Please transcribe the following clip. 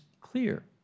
clear